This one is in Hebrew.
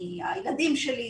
מהילדים שלי,